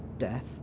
Death